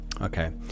Okay